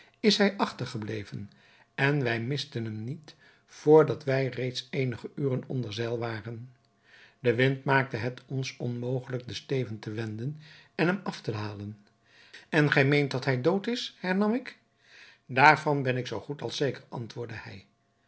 is hij achtergebleven en wij misten hem niet vr dat wij reeds eenige uren onder zeil waren de wind maakte het ons onmogelijk den steven te wenden en hem af te halen en gij meent dat hij dood is hernam ik daarvan ben ik zoo goed als zeker antwoordde hij